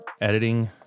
Editing